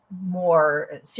more